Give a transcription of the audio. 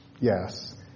Yes